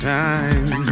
time